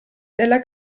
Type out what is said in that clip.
della